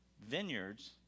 vineyards